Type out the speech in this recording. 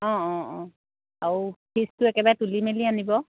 অঁ অঁ অঁ আৰু ফিজটো একেবাৰে তুলি মেলি আনিব